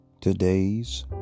Today's